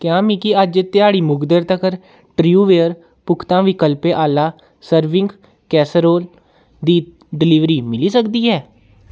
क्या मिगी अज्ज ध्याड़ी मुकदे तक्कर ट्रूवेयर पुख्ता क्लिपें आह्ला सर्विंग कैसरोल दी डलीवरी मिली सकदी ऐ